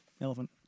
Elephant